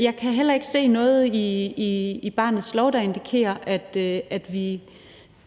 Jeg kan heller ikke se noget i barnets lov, der indikerer, at vi